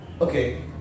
Okay